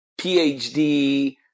PhD